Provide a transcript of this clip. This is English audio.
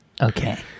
Okay